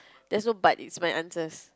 that's so but is my answers